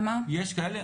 יש כאלה,